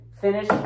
Finish